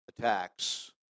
attacks